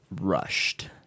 rushed